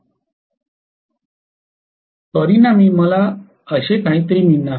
परिणामी मला असे काहीतरी मिळणार आहे